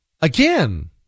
again